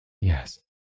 Yes